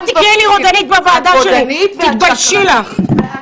אל תקראי לי רודנית בוועדה שלי, תתביישי לך.